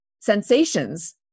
sensations